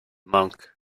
monk